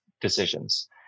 decisions